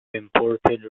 imported